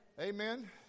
Amen